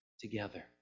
together